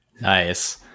Nice